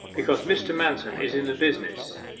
because mr. manston is in the business.